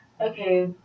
okay